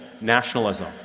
nationalism